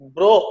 Bro